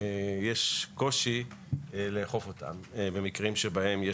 יש קושי לאכוף אותן במקרים שבהם יש